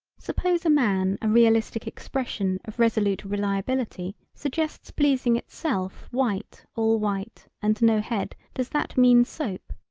suppose a man a realistic expression of resolute reliability suggests pleasing itself white all white and no head does that mean soap.